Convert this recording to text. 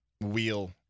wheel